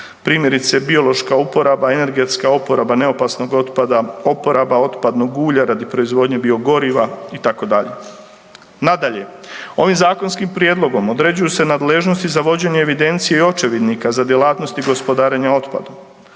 primjerice biološka oporaba, energetska oporaba neopasnog otpada, oporaba otpadnog ulja radi proizvodnje biogoriva itd. Nadalje, ovim zakonskom prijedlogom određuju se nadležnosti za vođenje evidencije i očevidnika za djelatnosti gospodarenja otpadom